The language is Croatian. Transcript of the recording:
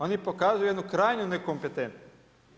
Oni pokazuju jednu krajnju nekompetentnost.